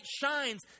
shines